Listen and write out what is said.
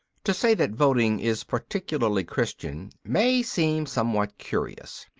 to say that voting is particularly christian may seem somewhat curious.